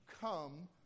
come